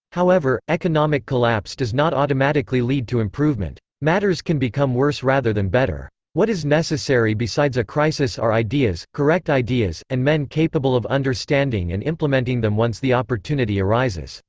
however, economic collapse does not automatically lead to improvement. matters can become worse rather than better. what is necessary besides a crisis are ideas correct ideas and men capable of understanding and implementing them once the opportunity arises.